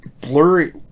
Blurry